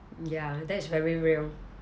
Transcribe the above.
ya that is very real